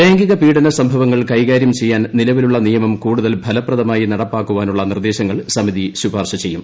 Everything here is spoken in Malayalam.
ലൈംഗിക പീഢന സംഭവങ്ങൾ കൈകാരൃം ചെയ്യാൻ നിലവിലുള്ള നിയമം കൂടുതൽ ഫലപ്രദമായി നടപ്പാക്കാനുള്ള നിർദ്ദേശങ്ങൾ സമിതി ശുപാർശ ചെയ്യും